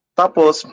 tapos